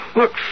Look